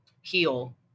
heal